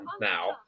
now